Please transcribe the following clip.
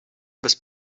bez